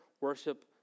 worship